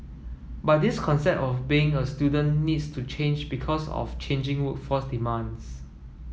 but this concept of being a student needs to change because of changing workforce demands